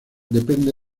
depende